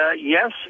Yes